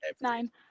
Nine